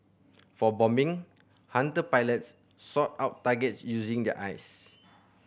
for bombing Hunter pilots sought out targets using their eyes